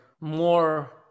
more